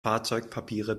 fahrzeugpapiere